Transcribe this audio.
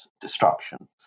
destruction